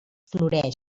floreix